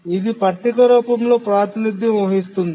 ఇది పట్టిక రూపంలో ప్రాతినిధ్యం వహిస్తుంది